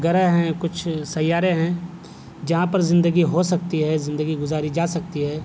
گرہ ہیں کچھ سیارے ہیں جہاں پر زندگی ہو سکتی ہے زندگی گزاری جا سکتی ہے